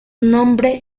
nombre